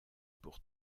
pour